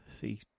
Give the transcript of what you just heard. see